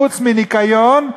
חוץ מניקיון,